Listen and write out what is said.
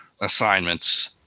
assignments